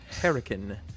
Hurricane